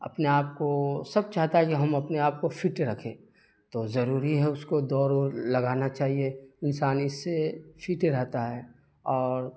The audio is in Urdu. اپنے آپ کو سب چاہتا ہے کہ ہم اپنے آپ کو فٹ رکھیں تو ضروری ہے اس کو دوڑ ووڑ لگانا چاہیے انسان اس سے فٹ رہتا ہے اور